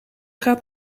gaat